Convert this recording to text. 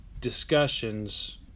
discussions